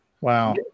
Wow